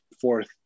fourth